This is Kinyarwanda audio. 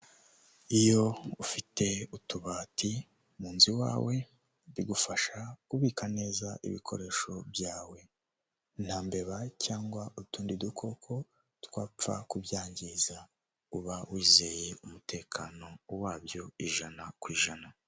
Iyo ufite utubati mu nzu iwawe bigufasha kubika neza ibikoresho byawe, nta mbeba cyangwa utundi dukoko twapfa kubyangiza, uba wizeye umutekano wabyo ijana ku ijana.